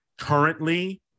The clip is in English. currently